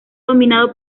dominado